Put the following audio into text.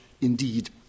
indeed